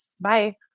bye